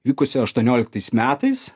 vykusioj aštuonioliktais metais